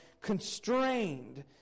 constrained